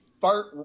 fart